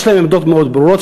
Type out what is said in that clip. יש להם עמדות מאוד ברורות,